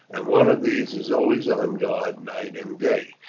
and one of these is always on guard night and day.